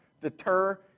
deter